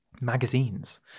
magazines